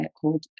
called